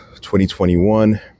2021